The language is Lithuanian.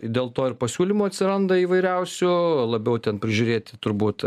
dėl to pasiūlymų atsiranda įvairiausių labiau ten prižiūrėti turbūt